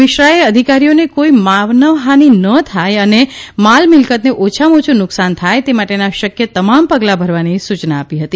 મિશ્રાએ અધિકારીઓને કોઇ માનવહાનિ ન થાય અને માલમિલકતને ઓછામાં ઓછુ નુકશાન થાય તે માટેના શક્ય તમામ પગલા ભરવાની સૂચના આપી હતી